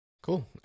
Cool